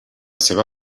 seva